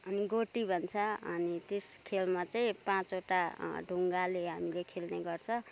अनि गोटी भन्छ अनि त्यस खेलमा चाहिँ पाँचवटा ढुङ्गाले हामीले खेल्ने गर्छ